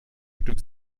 stück